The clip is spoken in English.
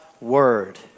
word